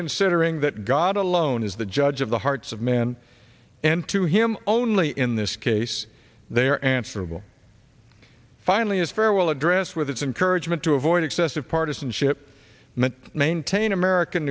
considering that god alone is the judge of the hearts of men and to him only in this case they are answerable finally a farewell address with its encouragement to avoid excessive partisanship meant maintain american